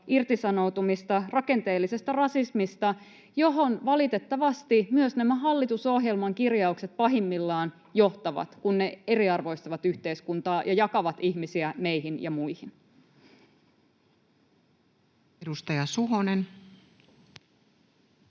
irtisanoutumista rakenteellisesta rasismista, johon valitettavasti myös nämä hallitusohjelman kirjaukset pahimmillaan johtavat, kun ne eriarvoistavat yhteiskuntaa ja jakavat ihmisiä meihin ja muihin. [Speech